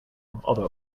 although